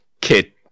kid